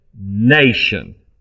nation